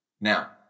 Now